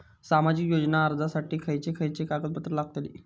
सामाजिक योजना अर्जासाठी खयचे खयचे कागदपत्रा लागतली?